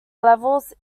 levels